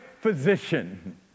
physician